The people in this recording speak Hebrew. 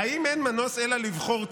"האם אין מנוס אלא לבחור צד",